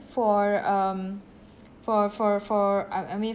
for um for for for I I mean